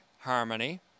harmony